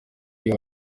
iyo